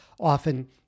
often